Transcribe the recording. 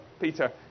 Peter